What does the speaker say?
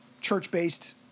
church-based